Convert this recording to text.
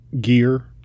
gear